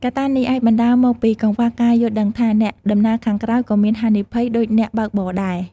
កត្តានេះ អាចបណ្ដាលមកពីកង្វះការយល់ដឹងថា អ្នកដំណើរខាងក្រោយក៏មានហានិភ័យដូចអ្នកបើកបរដែរ។